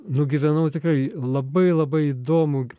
nugyvenau tikrai labai labai įdomų